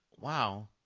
wow